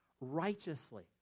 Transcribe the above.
righteously